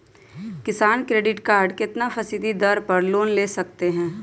किसान credit card कितना फीसदी दर पर लोन ले सकते हैं?